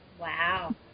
Wow